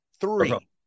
three